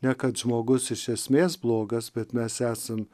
ne kad žmogus iš esmės blogas bet mes esam